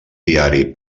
diari